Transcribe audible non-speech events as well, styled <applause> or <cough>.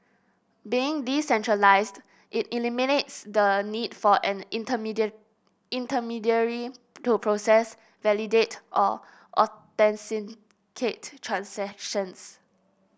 being decentralised it eliminates the need for an <unintelligible> intermediary to process validate or authenticate transactions